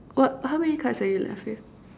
what how many cards are you left with